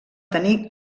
tenir